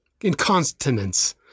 incontinence